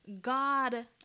God